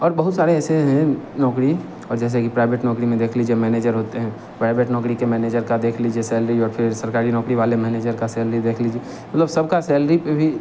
और बहुत सारे ऐसी भी है नौकरी जैसे कि प्राइवेट नौकरी में देख लीजिए मैनेजर होते हैं प्राइवेट नौकरी के मैनेजर का देख लीजिए सैलरी और फिर सरकारी नौकरी वाले मैनेजर की सैलरी देख लीजिए मतलब सब की सैलरी में भी